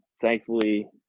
Thankfully